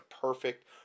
Perfect